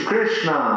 Krishna